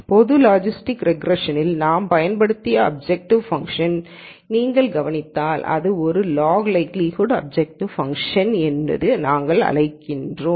பொது லாஜிஸ்டிக் ரெக்ரேஷனில் நாங்கள் பயன்படுத்திய அப்ஜெக்டிவ் ஃபங்ஷனை நீங்கள் கவனித்தால் இது ஒரு log likelihood objective function என்று நாங்கள் அழைத்தோம்